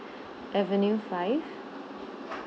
avenue five